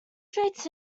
streets